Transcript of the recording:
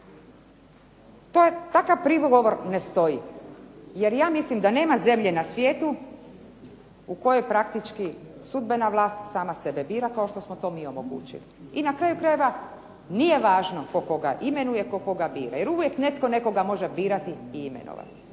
Takav prigovor ne stoji, jer ja mislim da nema zemlje u svijetu u kojoj praktički sudbena vlast sama sebe bira kao što smo mi to omogućili. I na kraju krajeva nije važno tko koga imenuje, tko koga bira jer uvijek netko nekoga može imenovati